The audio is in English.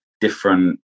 different